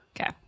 Okay